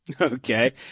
Okay